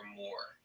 more